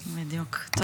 בבקשה, שלוש דקות.